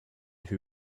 who